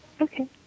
Okay